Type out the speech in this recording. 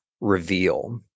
reveal